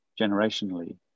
generationally